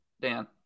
Dan